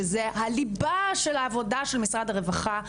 שזה הליבה של העבודה של משרד הרווחה,